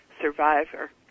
survivor